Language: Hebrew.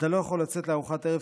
אתה לא יכול לצאת לארוחת ערב,